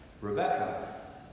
Rebecca